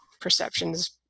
Perceptions